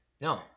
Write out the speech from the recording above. No